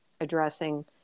addressing